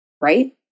right